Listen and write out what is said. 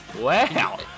Wow